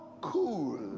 cool